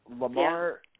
Lamar